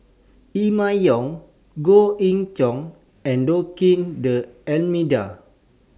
Emma Yong Goh Ee Choo and Joaquim D'almeida